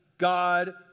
God